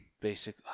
basic